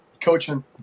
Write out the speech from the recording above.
coaching